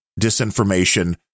disinformation